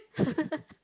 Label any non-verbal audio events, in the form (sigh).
(laughs)